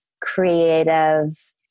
creative